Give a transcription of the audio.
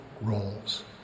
roles